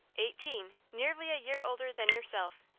eighteen nearly a year older than yourself.